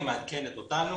היא מעדכנת אותנו